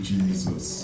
Jesus